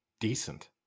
decent